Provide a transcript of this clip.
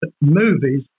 movies